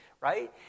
right